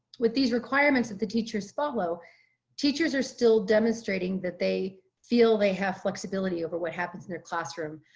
with these requirements that the teachers follow teachers are still demonstrating that they feel they have flexibility over what happens in their classroom.